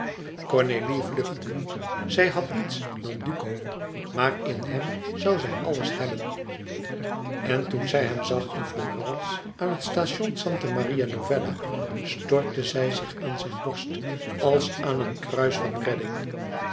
cornélie vluchtte zij had niets dan duco maar in hem zoû zij alles hebben en toen zij hem zag in florence aan het station santa maria novella stortte zij zich aan zijn borst als aan een kruis van redding